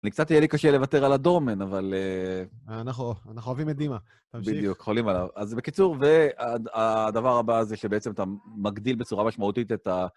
אני קצת תהיה לי קשה לוותר על הדורמן, אבל... אנחנו אוהבים את דימה, תמשיך. בדיוק, חולים עליו. אז בקיצור, והדבר הבא זה שבעצם אתה מגדיל בצורה משמעותית את ה...